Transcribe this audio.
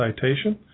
citation